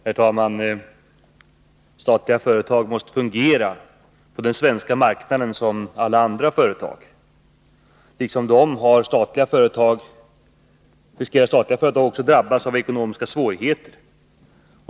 Herr talman! Statliga företag måste fungera på den svenska marknaden som alla andra företag. Liksom de riskerar statliga företag att drabbas av ekonomiska svårigheter.